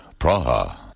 Praha